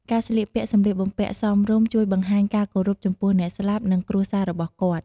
ការស្លៀកពាក់ សម្លៀកបំពាក់សមរម្យជួយបង្ហាញការគោរព ចំពោះអ្នកស្លាប់ និងគ្រួសាររបស់គាត់។